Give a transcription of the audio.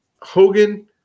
Hogan